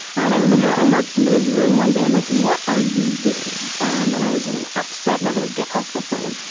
and i remember i marched into his room one day. i'm like, what are you doing? um and i was you know upset, and i was like, get off the phone.